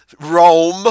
Rome